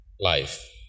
life